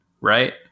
right